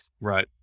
Right